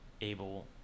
able